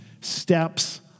steps